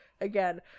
again